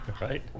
right